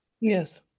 Yes